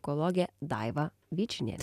ekologė daiva vyčinienė